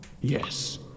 Yes